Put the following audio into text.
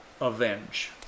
avenge